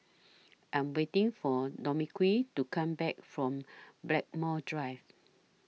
I Am waiting For Dominique to Come Back from Blackmore Drive